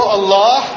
Allah